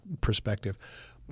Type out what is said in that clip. perspective